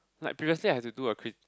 like previously I had to do a crit~